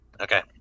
Okay